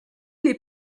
les